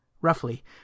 Roughly